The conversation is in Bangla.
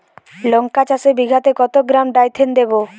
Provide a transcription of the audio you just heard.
লঙ্কা চাষে বিঘাতে কত গ্রাম ডাইথেন দেবো?